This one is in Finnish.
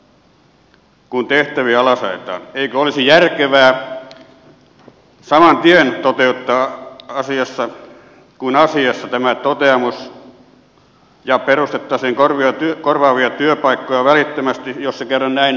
kun tehtäviä alasajetaan eikö olisi järkevää saman tien toteuttaa asiassa kuin asiassa tämä toteamus ja perustaa korvaavia työpaikkoja välittömästi jos se kerran näin helppoa on